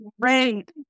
great